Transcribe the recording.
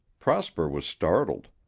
prosper was startled.